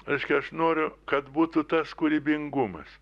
reiškia aš noriu kad būtų tas kūrybingumas